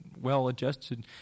well-adjusted